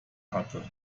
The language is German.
hatte